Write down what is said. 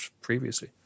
previously